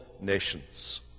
nations